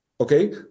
okay